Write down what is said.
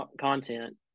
content